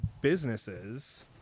businesses